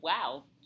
Wow